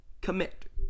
Commit